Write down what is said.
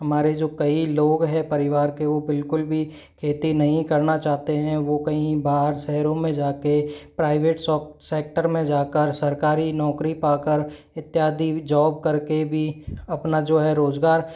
हमारे जो कई लोग है परिवार के वो बिल्कुल भी खेती नहीं करना चाहते हैं वो कहीं बाहर शहरों में जा के प्राइवेट सेक्टर में जा कर सरकारी नौकरी पा कर इत्यादि जॉब करके भी अपना जो है रोजगार